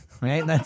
right